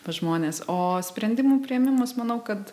pas žmones o sprendimų priėmimas manau kad